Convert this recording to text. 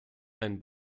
einen